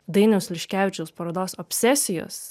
dainiaus liškevičiaus parodos obsesijos